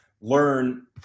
learn